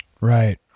Right